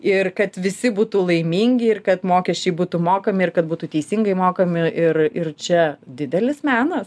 ir kad visi būtų laimingi ir kad mokesčiai būtų mokami ir kad būtų teisingai mokami ir ir čia didelis menas